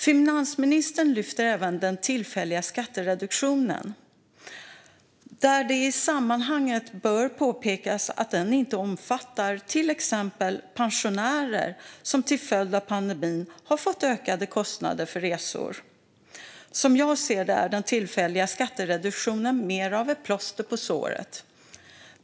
Finansministern lyfter även den tillfälliga skattereduktionen, och det bör i sammanhanget påpekas att den inte omfattar till exempel pensionärer som till följd av pandemin har fått ökade kostnader för resor. Som jag ser det är den tillfälliga skattereduktionen mer av ett plåster på såret.